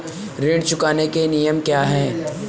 ऋण चुकाने के नियम क्या हैं?